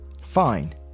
Fine